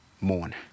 mourn